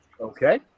Okay